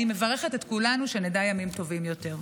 אני מברכת את כולנו שנדע ימים טובים יותר.